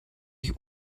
ich